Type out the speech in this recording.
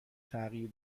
تغییر